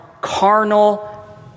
carnal